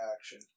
action